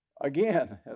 Again